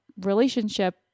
relationship